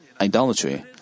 idolatry